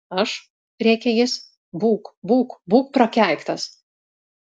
aš rėkė jis būk būk būk prakeiktas